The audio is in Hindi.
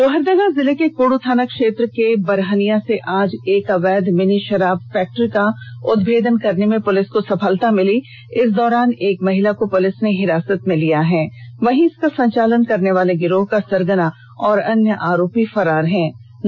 लोहरदगा जिले के कुड् थाना क्षेत्र के बरहनिया से आज एक अवैध मिनी शराब फैक्ट्री का उदभेदन करने में पुलिस को सफलता मिली है इस दौरान एक महिला को पुलिस ने हिरासत में लिया हैवहीं इसका संचालन करने वाले गिरोह का सरगना और अन्य आरोपी फरार हो गए